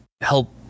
help